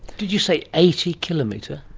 did you say eighty kilometre?